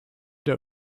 der